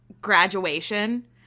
graduation